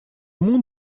мун